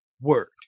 word